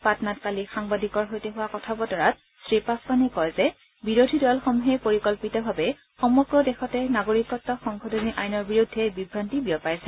পাটনাত কালি সাংবাদিকৰ সৈতে হোৱা কথা বতৰাত শ্ৰী পাছোৱানে কয় যে বিৰোধী দলসমূহে পৰিকল্পিতভাৱে সমগ্ৰ দেশতে নাগৰিকত্ব সংশোধনী আইনৰ বিৰুদ্ধে বিভান্তি বিয়পাইছে